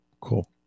Cool